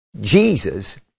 Jesus